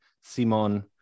Simon